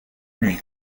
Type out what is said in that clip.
lui